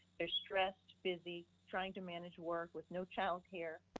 they're stressed, busy, trying to manage work with no childcare,